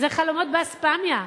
זה חלומות באספמיה.